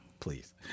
Please